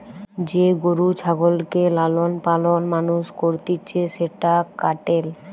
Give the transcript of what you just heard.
যে গরু ছাগলকে লালন পালন মানুষ করতিছে সেটা ক্যাটেল